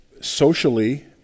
Socially